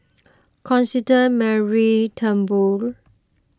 Constance Mary Turnbull